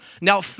Now